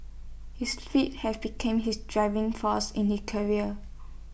his had become his driving force in the career